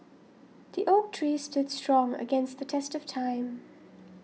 the oak tree stood strong against the test of time